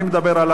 אני לא,